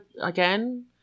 again